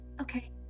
okay